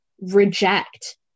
reject